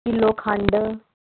kilo खंड